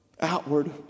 outward